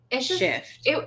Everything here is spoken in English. shift